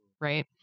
Right